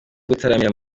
gutaramira